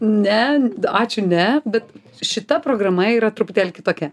ne ačiū ne bet šita programa yra truputėlį kitokia